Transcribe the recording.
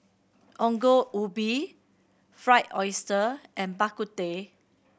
Ongol Ubi Fried Oyster and Bak Kut Teh